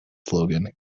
slogan